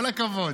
כל הכבוד.